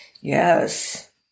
Yes